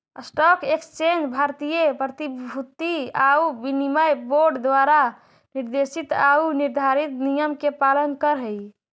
stock exchange भारतीय प्रतिभूति आउ विनिमय बोर्ड द्वारा निर्देशित आऊ निर्धारित नियम के पालन करऽ हइ